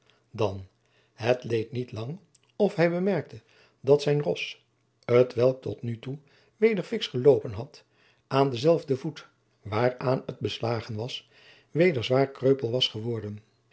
dan het leed niet lang of hij bemerkte dat zijn ros t welk tot nu toe weder fiks geloopen had aan denzelfden voet waaraan het beslagen was weder zwaar kreupel was geworden